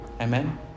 Amen